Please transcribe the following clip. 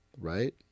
right